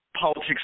politics